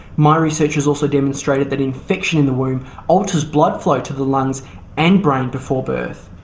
my research has also demonstrated that infection in the womb alters blood flow to the lungs and brain before birth.